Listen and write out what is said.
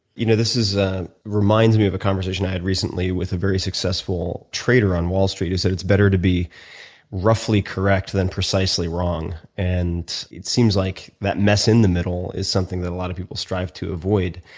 you know this ah reminds me of a conversation i had recently with a very successful trader on wall street who said it's better to be roughly correct than precisely wrong. and it seems like that mess in the middle is something that a lot of people strive to avoid.